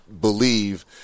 believe